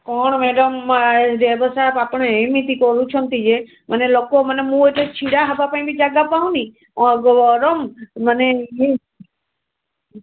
କଣ madam driver ସାହବ୍ ଆପଣ ଏମିତି କରୁଛନ୍ତି ଯେ ମାନେ ଲୋକ ମାନେ ମୁଁ ଏତେ ଛିଡ଼ା ହେବା ପାଇଁ ବି ଜାଗା ପାଉନି ଗରମ ମାନେ